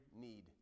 need